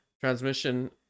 Transmission